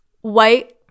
White